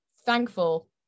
thankful